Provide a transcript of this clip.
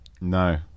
No